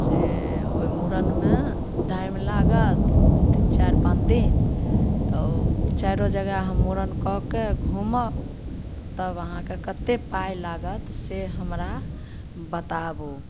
से ओइ मूड़नमे टाइम लागत तीन चारि पाँच दिन तऽ चारि रोज अगर हम मूड़न कऽके घुमब तब अहाँके कत्ते पाइ लागत से हमरा बताबू